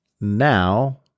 Now